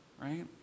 right